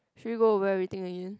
should we go over everything again